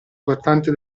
portante